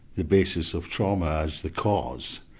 the basis of trauma as the cause.